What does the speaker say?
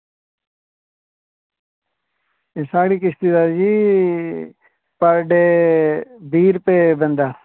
साढ़ी किश्ती ऐ आई दी पर डे बीह् रपेआ बंदा